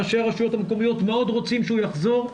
ראשי הרשויות המקומיות מאוד רוצים שהוא יחזור,